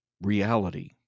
reality